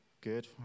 good